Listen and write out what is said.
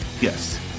Yes